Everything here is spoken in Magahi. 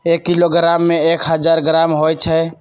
एक किलोग्राम में एक हजार ग्राम होई छई